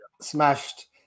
Smashed